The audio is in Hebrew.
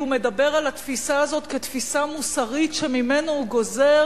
הוא מדבר על התפיסה הזאת כתפיסה מוסרית שממנה הוא גוזר